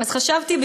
אז חשבתי,